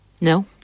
No